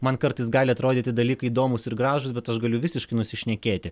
man kartais gali atrodyti dalykai įdomūs ir gražūs bet aš galiu visiškai nusišnekėti